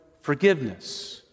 forgiveness